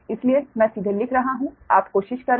इसलिए मैं सीधे लिख रहा हूं आप कोशिश करें